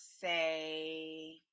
say